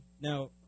Now